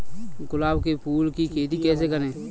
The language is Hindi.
गुलाब के फूल की खेती कैसे करें?